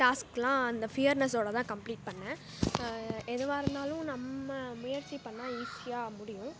டாஸ்க்லாம் அந்த ஃபியர்னசோட தான் கம்ப்ளீட் பண்ணிணேன் எதுவாகருந்தாலும் நம்ம முயற்சி பண்ணிணா ஈஸியாக முடியும்